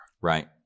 Right